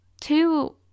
two